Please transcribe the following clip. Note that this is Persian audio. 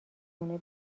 خونه